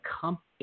company